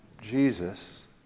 Jesus